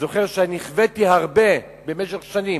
זוכר שנכוויתי הרבה, במשך שנים,